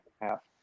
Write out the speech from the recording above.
half